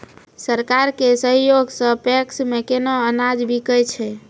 सरकार के सहयोग सऽ पैक्स मे केना अनाज बिकै छै?